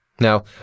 Now